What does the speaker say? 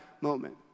moment